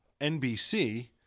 NBC